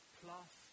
plus